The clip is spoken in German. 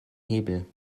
hebel